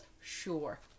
Sure